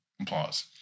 Applause